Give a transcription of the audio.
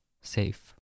Safe